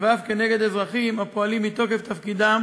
ואף כנגד אזרחים הפועלים מתוקף תפקידם